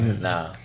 nah